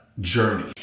journey